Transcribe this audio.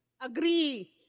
agree